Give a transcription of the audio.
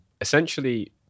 essentially